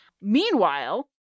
Meanwhile